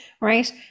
Right